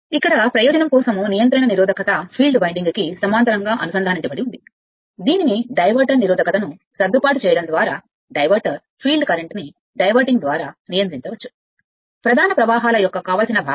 ఇక్కడ ప్రయోజనం కోసం నియంత్రణ నిరోధకత ఫీల్డ్ వైండింగ్కు సమాంతరంగా అనుసంధానించబడి ఉంది దీనిని డైవర్టర్ నిరోధకతను సర్దుబాటు చేయడం ద్వారా డైవర్టర్ అంటారు ఫీల్డ్ కరెంట్ను డైవర్టింగ్ ద్వారా నియంత్రించవచ్చు ప్రధాన ప్రవాహాల యొక్క కావలసిన భాగం